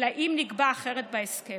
אלא אם כן נקבע אחרת בהסכם.